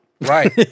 Right